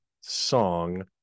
song